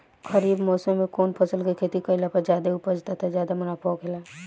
खरीफ़ मौसम में कउन फसल के खेती कइला पर ज्यादा उपज तथा ज्यादा मुनाफा होखेला?